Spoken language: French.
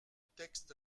texte